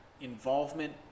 involvement